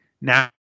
Now